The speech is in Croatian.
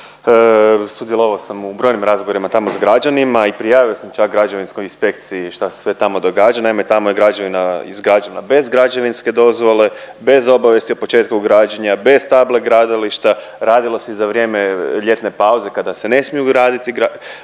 i sudjelovao sam u brojnim razgovorima tamo s građanima i prijavio sam čak građevinskoj inspekciji šta se sve tamo događa. Naime tamo je građevina izgrađena bez građevinske dozvole, bez obavijesti o početku građenja, bez table gradilišta, radilo se i za vrijeme ljetne pauze kada se ne smiju graditi, kada